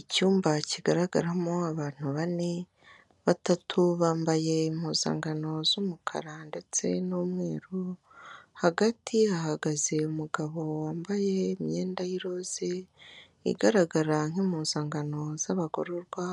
Icyumba kigaragaramo abantu bane; batatu bambaye impuzankano z'umukara ndetse n'umweru; hagati hahagaze umugabo wambaye imyenda y'iroza igaragara nk'impuzankano z'abagororwa;